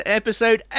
episode